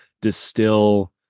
distill